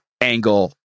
angle